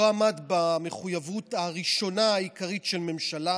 לא עמד במחויבות הראשונה העיקרית של ממשלה,